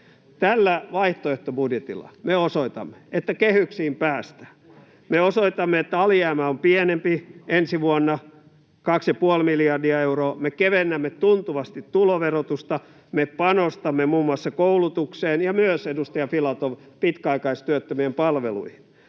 Tällä vaihtoehtobudjetilla me osoitamme, että kehyksiin päästään. Me osoitamme, että alijäämä on pienempi ensi vuonna, 2,5 miljardia euroa, me kevennämme tuntuvasti tuloverotusta ja me panostamme muun muassa koulutukseen ja myös, edustaja Filatov, pitkäaikaistyöttömien palveluihin.